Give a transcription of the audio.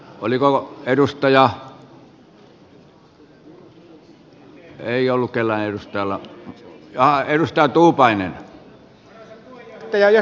napin painaminen ei ollut täällä yhtäällä ja eros joutuu minulta onnistunut